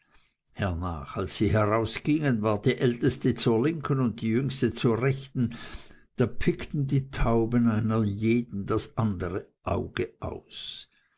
als sie herausgingen war die älteste zur linken und die jüngste zur rechten da pickten die tauben einer jeden das andere auge aus